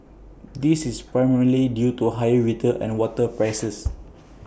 this is primarily due to higher retail and water prices